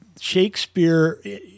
Shakespeare